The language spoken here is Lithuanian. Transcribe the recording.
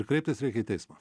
ir kreiptis reikia į teismą